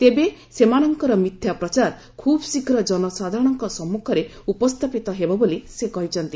ତେବେ ସେମାନଙ୍କର ମିଥ୍ୟା ପ୍ରଚାର ଖୁବ୍ ଶୀଘ୍ର ଜନସାଧାରଣଙ୍କ ସମ୍ମୁଖରେ ଉପସ୍ଥାପିତ ହେବ ବୋଲି ସେ କହିଛନ୍ତି